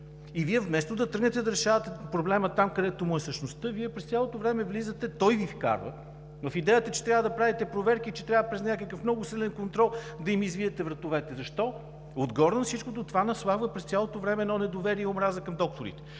И вместо да тръгнете да решавате проблема там, където му е същността, Вие през цялото време влизате – той Ви вкарва в идеята, че трябва да правите проверки и че трябва през някакъв много силен контрол да им извиете вратовете. Защо? Отгоре на всичкото това наслагва през цялото време недоверие и омраза към докторите,